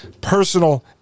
personal